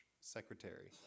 secretary